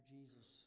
Jesus